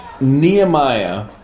Nehemiah